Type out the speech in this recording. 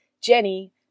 Jenny